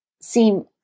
seem